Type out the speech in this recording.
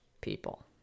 people